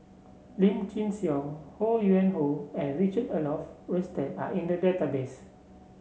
Lim Chin Siong Ho Yuen Hoe and Richard Olaf Winstedt are in the database